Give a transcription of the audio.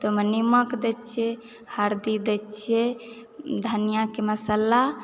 ताहिमे नीमक दैत छियै हरदि दैत छियै धनियाके मसल्ला